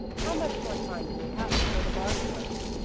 how much more time do we have before the barge comes?